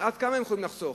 אבל עד כמה הם יכולים לחסוך?